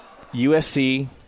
USC